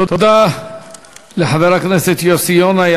תודה לחבר הכנסת יוסי יונה.